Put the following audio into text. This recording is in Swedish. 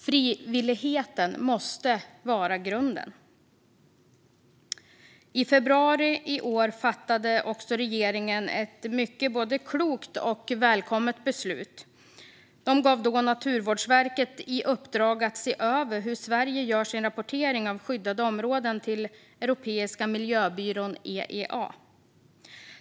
Frivilligheten måste vara grunden. I februari i år fattade också regeringen ett mycket klokt och välkommet beslut och gav då Naturvårdsverket i uppdrag att se över hur Sverige gör sin rapportering av skyddade områden till Europeiska miljöbyrån, EEA.